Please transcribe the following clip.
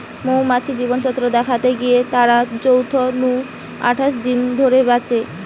মৌমাছির জীবনচক্র দ্যাখতে গেলে তারা চোদ্দ নু আঠাশ দিন ধরে বাঁচে